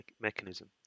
mechanism